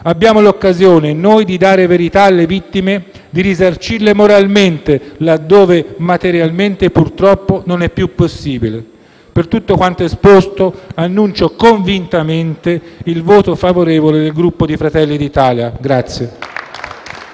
abbiamo l'occasione di dare verità alle vittime e di risarcirle moralmente, laddove materialmente purtroppo non è più possibile. Per tutto quanto esposto, annuncio convintamente il voto favorevole del Gruppo Fratelli d'Italia.